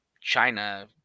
China